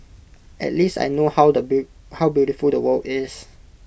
at least I know how beautiful the world is